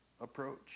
approach